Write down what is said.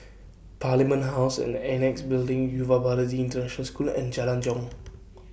Parliament House and The Annexe Building Yuva Bharati International School and Jalan Jong